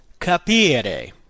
capire